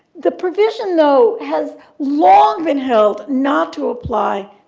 the provision, though, has long been held not to apply,